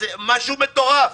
זה משהו מטורף.